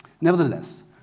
Nevertheless